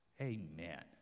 Amen